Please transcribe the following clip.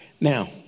Now